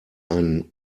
einen